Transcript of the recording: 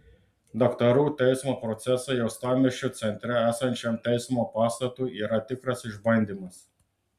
daktarų teismo procesai uostamiesčio centre esančiam teismo pastatui yra tikras išbandymas